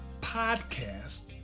podcast